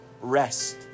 rest